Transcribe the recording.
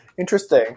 Interesting